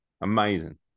Amazing